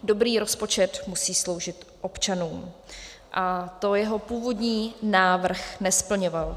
Dobrý rozpočet musí sloužit občanům a to jeho původní návrh nesplňoval.